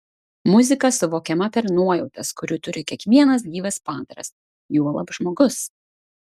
muzika suvokiama per nuojautas kurių turi kiekvienas gyvas padaras juolab žmogus